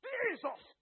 Jesus